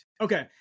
Okay